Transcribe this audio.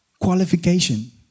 qualification